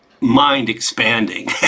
mind-expanding